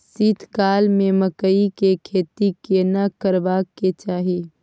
शीत काल में मकई के खेती केना करबा के चाही?